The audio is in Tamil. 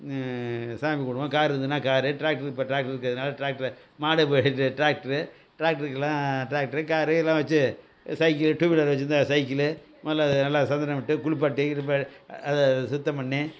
சாமி கும்பிடுவோம் கார் இருந்ததுன்னா கார் ட்ராக்ட்ரு இப்போ ட்ராக்ட்ரு ட்ராக்ட்ரு இருக்கிறதுனால ட்ராக்ட்ரு மாடு ட்ராக்ட்ரு ட்ராக்ட்ருக்குலாம் ட்ராக்ட்ரு கார் எல்லாம் வச்சு சைக்கிள் டூ வீலரு வச்சிருந்தால் சைக்கிளு முதல்ல நல்லா சந்தனம் இட்டு குளிப்பாட்டி கிளிப்பா அதை சுத்தம் பண்ணி